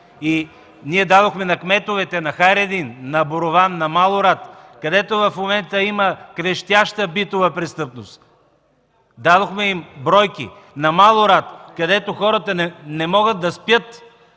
Ние дадохме на кметовете на Хайредин, на Борован, на Малорад, където в момента има крещяща битова престъпност – дадохме им бройки. В Малорад, където хората не могат да спят,